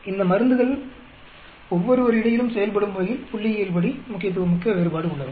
இந்த மருந்துகள் ஒவ்வொருவர் இடையிலும் செயல்படும் முறையில் புள்ளியியல்படி முக்கியத்துவமிக்க வேறுபாடு உள்ளதா